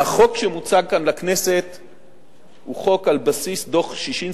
והחוק שמוצע כאן לכנסת הוא חוק על בסיס דוח-ששינסקי,